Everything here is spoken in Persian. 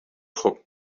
خوب